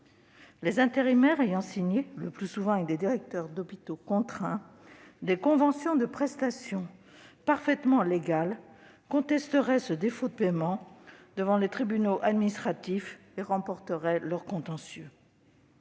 Les intérimaires ayant signé, le plus souvent avec des directeurs d'hôpitaux contraints, des conventions de prestations parfaitement légales contesteraient ce défaut de paiement devant les tribunaux administratifs et remporteraient leur contentieux.